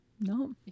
No